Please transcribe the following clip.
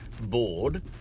bored